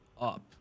up